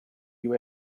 you